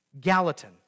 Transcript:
Gallatin